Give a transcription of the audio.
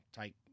take